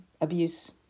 abuse